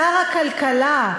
שר הכלכלה,